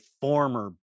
former